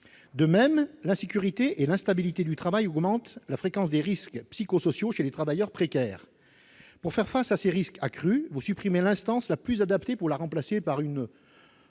De même, l'insécurité et l'instabilité du travail augmentent la fréquence des risques psychosociaux chez les travailleurs précaires. Pour faire face à ces risques accrus, vous supprimez l'instance la plus adaptée, et vous la remplacez par une